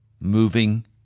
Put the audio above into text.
moving